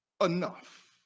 enough